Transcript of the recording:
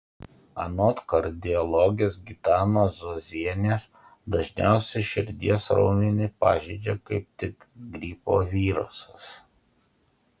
anot kardiologės gitanos zuozienės dažniausiai širdies raumenį pažeidžia kaip tik gripo virusas